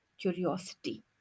curiosity